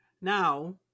Now